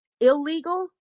illegal